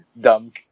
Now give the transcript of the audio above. dumb